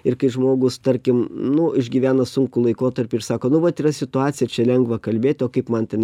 ir kai žmogus tarkim nu išgyvena sunkų laikotarpį ir sako nu vat yra situacija čia lengva kalbėti kaip man ten